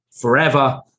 forever